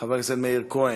חבר הכנסת מאיר כהן,